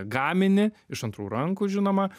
gaminį iš antrų rankų žinoma